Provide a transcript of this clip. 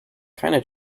kinda